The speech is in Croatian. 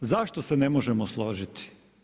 Zašto se ne možemo složiti?